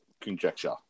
conjecture